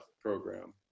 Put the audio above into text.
program